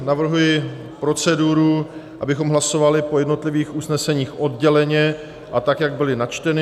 Navrhuji proceduru, abychom hlasovali po jednotlivých usneseních odděleně a tak, jak byla načtena.